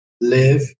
live